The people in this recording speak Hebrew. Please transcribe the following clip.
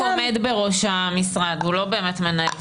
הוא רק עומד בראש המשרד, הוא לא באמת מנהל.